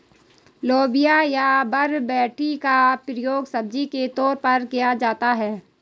लोबिया या बरबटी का प्रयोग सब्जी के तौर पर किया जाता है